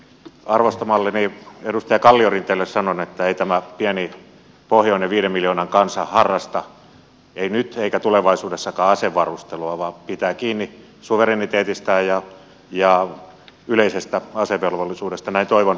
arvostamalleni edustaja kalliorinteelle sanon että ei tämä pieni pohjoinen viiden miljoonan kansa harrasta nyt eikä tulevaisuudessakaan asevarustelua vaan pitää kiinni suvereniteetistään ja yleisestä asevelvollisuudesta näin toivon